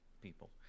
people